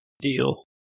Deal